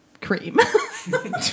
cream